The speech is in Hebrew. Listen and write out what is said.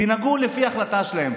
תנהגו לפי ההחלטה שלהם.